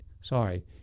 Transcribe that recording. sorry